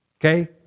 Okay